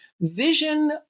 vision